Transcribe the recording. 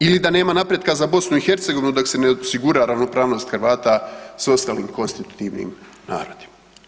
Ili da nema napretka za BiH dok se ne osigura ravnopravnost Hrvata s ostalim konstitutivnim narodima.